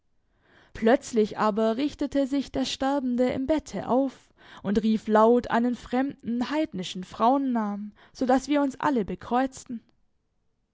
plötzlich aber richtete sich der sterbende im bette auf und rief laut einen fremden heidnischen frauennamen so daß wir uns alle bekreuzten